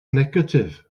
negatif